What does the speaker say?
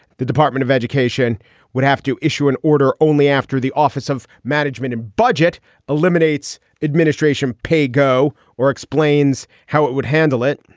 the department of education would have to issue an order only after the office of management and budget eliminates administration paygo or explains how it would handle it.